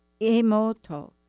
Emoto